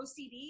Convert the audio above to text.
ocd